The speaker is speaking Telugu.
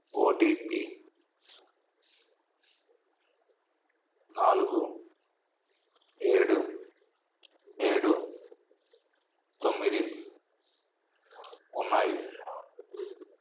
ఓ టీ పీ నాలుగు ఏడు ఏడు తొమ్మిది ఉన్నాయి